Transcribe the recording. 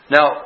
Now